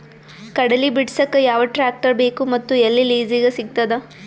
ಕಡಲಿ ಬಿಡಸಕ್ ಯಾವ ಟ್ರ್ಯಾಕ್ಟರ್ ಬೇಕು ಮತ್ತು ಎಲ್ಲಿ ಲಿಜೀಗ ಸಿಗತದ?